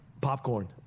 popcorn